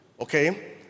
Okay